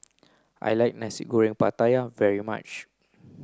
I like Nasi Goreng Pattaya very much